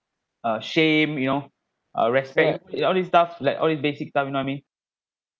uh shame you know uh respect all these stuff like all these basic stuff you know I mean